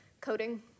coding